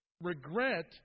Regret